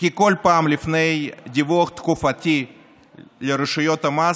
וכי כל פעם לפני דיווח תקופתי לרשויות המס,